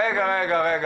רגע רגע,